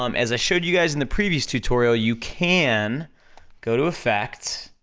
um as i showed you guys in the previous tutorial, you can go to effects,